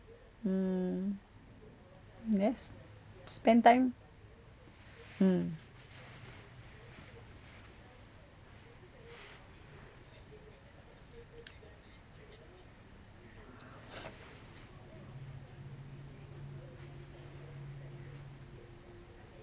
mm yes spend time mm